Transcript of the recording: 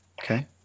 Okay